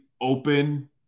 open